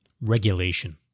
regulation